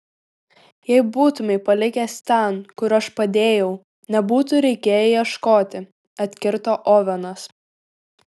jei būtumei palikęs ten kur aš padėjau nebūtų reikėję ieškoti atkirto ovenas